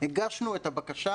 הגשנו את הבקשה